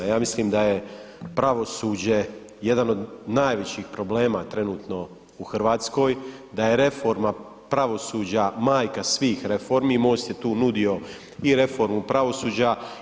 Ja mislim da je pravosuđe jedan od najvećih problema trenutno u Hrvatskoj, da je reforma pravosuđa majka svih reformi i MOST je tu nudio i reformu pravosuđa.